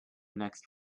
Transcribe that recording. next